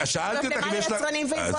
יש --- ליצרנים ויבואנים.